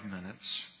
minutes